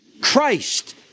Christ